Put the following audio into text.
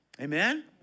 Amen